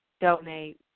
Donate